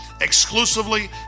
exclusively